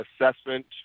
assessment